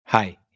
Hi